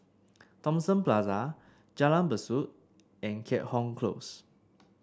Thomson Plaza Jalan Besut and Keat Hong Close